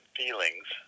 feelings